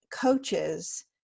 coaches